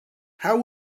how